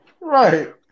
Right